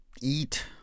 eat